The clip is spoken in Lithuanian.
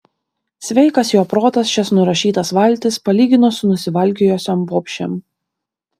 sveikas jo protas šias nurašytas valtis palygino su nusivalkiojusiom bobšėm